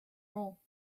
roll